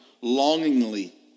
longingly